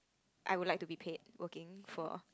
I would like to be paid working for